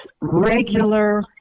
regular